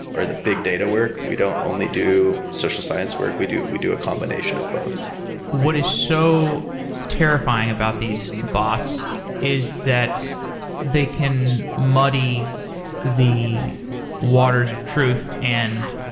or the big data work. we don't only do social science work. we do we do a combination of both what is so terrifying about these bots is that they can muddy the waters of truth and,